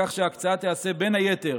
בכך שההקצאה תיעשה בין היתר